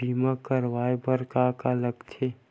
बीमा करवाय बर का का लगथे?